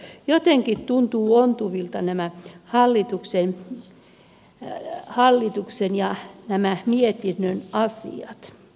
jotenkin tuntuvat ontuvilta nämä hallituksen ja mietinnön asiat